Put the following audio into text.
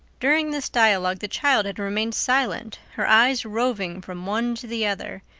during this dialogue the child had remained silent, her eyes roving from one to the other,